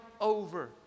over